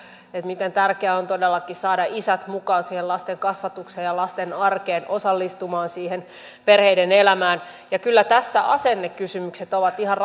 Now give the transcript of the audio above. miten tärkeää on todellakin saada isät mukaan siihen lasten kasvatukseen ja lasten arkeen osallistumaan siihen perheiden elämään kyllä tässä asennekysymykset ovat ihan